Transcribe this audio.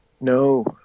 No